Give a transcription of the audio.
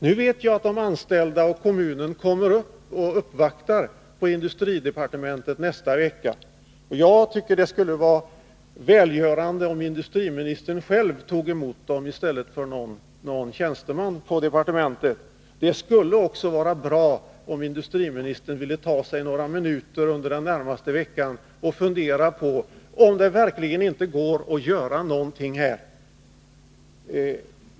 Nu vet jag att de anställda och kommunen kommer att uppvakta industridepartementet nästa vecka. Jag tycker att det skulle vara välgörande om industriministern själv tog emot denna uppvaktning i stället för någon tjänsteman på departementet. Det skulle också vara bra om industriministern ville ta sig några minuter under den närmaste veckan för att fundera på om det verkligen inte går att göra någonting åt det här.